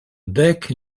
dek